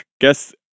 guess